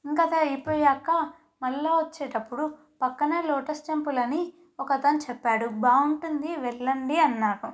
ఇంక అది అయిపోయాక మళ్ళీ వచ్చేటప్పుడు పక్కనే లోటస్ టెంపుల్ అని ఒకతను చెప్పాడు బాగుంటుంది వెళ్ళండి అన్నారు